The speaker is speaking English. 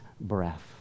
breath